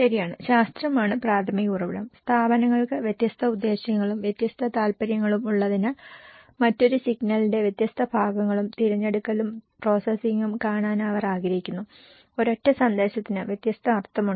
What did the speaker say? ശരിയാണ് ശാസ്ത്രമാണ് പ്രാഥമിക ഉറവിടം സ്ഥാപനങ്ങൾക്ക് വ്യത്യസ്ത ഉദ്ദേശ്യങ്ങളും വ്യത്യസ്ത താൽപ്പര്യങ്ങളും ഉള്ളതിനാൽ ഒരൊറ്റ സിഗ്നലിന്റെ വ്യത്യസ്ത ഭാഗങ്ങളും തിരഞ്ഞെടുക്കലും പ്രോസസ്സിംഗും കാണാൻ അവർ ആഗ്രഹിക്കുന്നു ഒരൊറ്റ സന്ദേശത്തിന് വ്യത്യസ്ത അർത്ഥമുണ്ട്